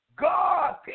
God